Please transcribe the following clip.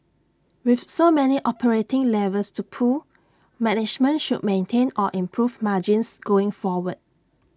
with so many operating levers to pull management should maintain or improve margins going forward